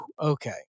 Okay